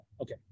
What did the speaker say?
okay